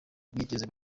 bigeze